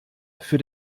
für